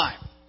time